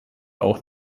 auch